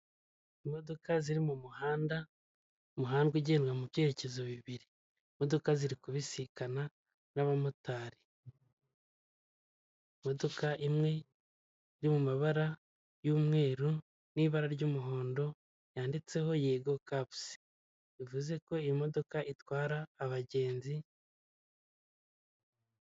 Imodoka ziri mu muhanda umuhanda umuhanda ugendwa mu byerekezo bibiri. Imodoka ziri kubisikana n'abamotari, imodoka imwe yo mu mabara y'umweru n'ibara ry'umuhondo yanditseho yego kabuzi bivuze ko iyo itwara abagenzi.